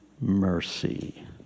mercy